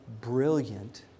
brilliant